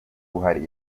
buhari